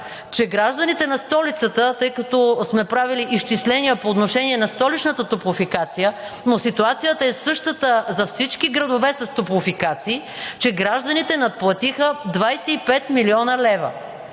че гражданите на столицата – тъй като сме правили изчисления по отношение на Столичната топлофикация, но ситуацията е същата за всички градове с топлофикации – надплатиха 25 млн. лв.!